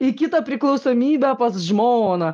į kitą priklausomybę pas žmoną